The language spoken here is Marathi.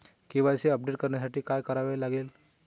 के.वाय.सी अपडेट करण्यासाठी काय करावे लागेल?